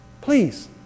please